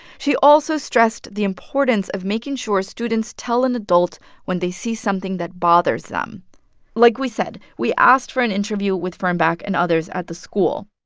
she also stressed the importance of making sure students tell an adult when they see something that bothers them like we said, we asked for an interview with fernback and others at the school.